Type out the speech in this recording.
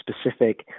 specific